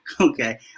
Okay